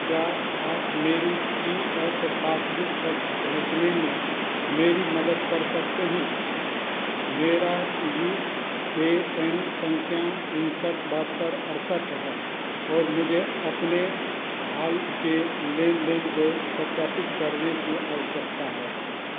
क्या आप मेरी पी एफ पासबुक तक पहुँचने में मेरी मदद कर सकते हैं मेरा यू ए एन सँख्या उनसठ बहत्तर अड़सठ है और मुझे अपने हाल के लेनदेन को सत्यापित करने की आवश्यकता है